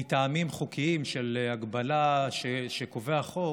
מטעמים חוקיים של הגבלה שקובע החוק,